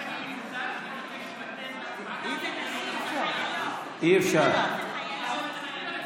מבקש לבטל את ההצבעה, את זה לפרוטוקול.